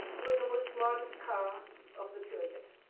it was the most modest car of the period,